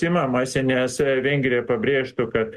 imamasi nes vengrija pabrėžtų kad